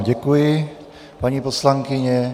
Děkuji vám, paní poslankyně.